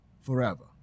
forever